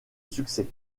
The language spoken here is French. succès